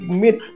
meet